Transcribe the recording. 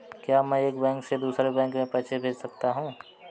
क्या मैं एक बैंक से दूसरे बैंक में पैसे भेज सकता हूँ?